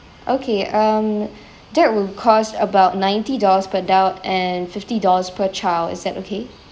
okay um that will cost about ninety dollars per adult and fifty dollars per child is that okay